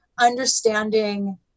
understanding